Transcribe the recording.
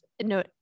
No